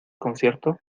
concierto